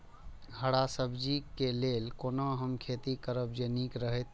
हरा सब्जी के लेल कोना हम खेती करब जे नीक रहैत?